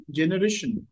generation